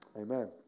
Amen